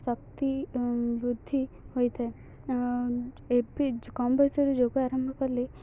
ଶକ୍ତି ବୃଦ୍ଧି ହୋଇଥାଏ ଏବେ କମ୍ ବୟସରୁ ଯୋଗ ଆରମ୍ଭ କଲେ